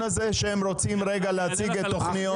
הזה היא שהם רוצים להציג את התוכניות,